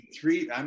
three